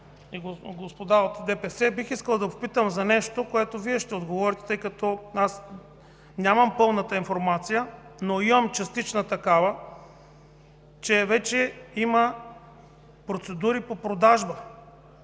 и господа от ДПС, бих искал да попитам за нещо, на което Вие ще отговорите, тъй като аз нямам пълната информация, но имам частична такава – че вече има процедури по продажба